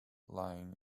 lying